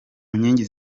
nkingi